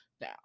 now